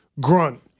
grunt